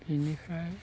बिनिफ्राय